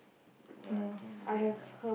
ya I think they're